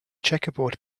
checkerboard